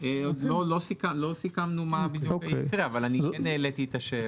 בעד סעיף 14לא, מי נגד,